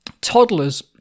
toddlers